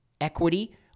equity